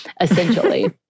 essentially